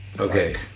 okay